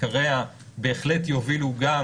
עיקריה בהחלט יובילו גם